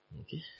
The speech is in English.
Okay